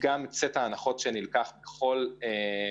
גם את סט ההנחות שנלקח בכל נושא,